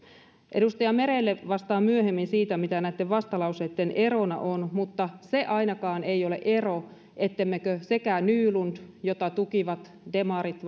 edustaja merelle vastaan myöhemmin mitä näitten vastalauseitten erona on mutta ainakaan se ei ole ero että me sekä nylund jota tukivat demarit